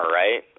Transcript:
right